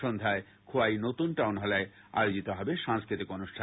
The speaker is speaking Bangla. সন্ধ্যায় খোয়াই নতুন টাউন হলে আয়োজিত হবে সাংস্কৃতিক অনুষ্ঠান